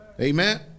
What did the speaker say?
Amen